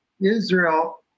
Israel